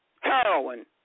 heroin